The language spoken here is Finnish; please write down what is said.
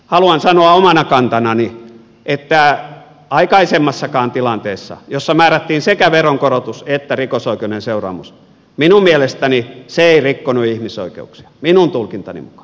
haluan sanoa omana kantanani että aikaisemmassakaan tilanteessa jossa määrättiin sekä veronkorotus että rikosoikeudellinen seuraamus minun mielestäni ei rikottu ihmisoikeuksia minun tulkintani mukaan